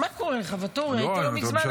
מה קורה לך, ואטורי, היית לא מזמן עצמאי.